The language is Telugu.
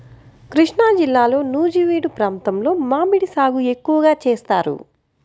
కృష్ణాజిల్లాలో నూజివీడు ప్రాంతంలో మామిడి సాగు ఎక్కువగా చేస్తారు